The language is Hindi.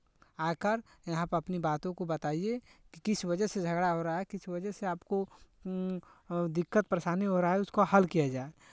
आकर यहाँ पे अपनी बातों को बताइये कि किस वजह से झगड़ा हो रहा है किस वजह से आपको दिक्कत परेशानी हो रहा है उसको हल किया जाए